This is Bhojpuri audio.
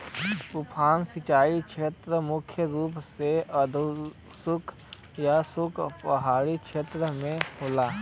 उफान सिंचाई छेत्र मुख्य रूप से अर्धशुष्क या शुष्क पहाड़ी छेत्र में होला